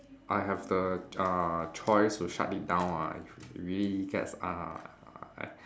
I have the uh choice to shut it down ah if really gets ah